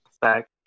back